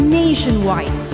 nationwide